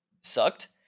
sucked